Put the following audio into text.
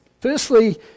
Firstly